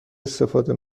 استفاده